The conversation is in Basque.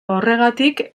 horregatik